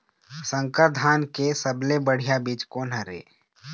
संकर धान के सबले बढ़िया बीज कोन हर ये?